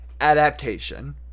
Adaptation